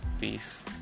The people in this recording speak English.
peace